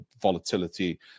volatility